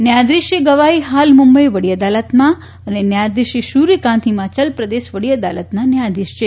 ન્યાયાધીશ શ્રી ગવાઈ હાલ મુંબઈ વડી અદાલતમાં અને ન્યાયાધીશ શ્રી સૂર્યકાંત હિમાચલ પ્રદેશ વડી અદાલતના ન્યાયાધીશ છે